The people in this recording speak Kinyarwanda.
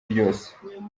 ryose